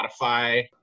Spotify